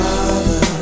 Father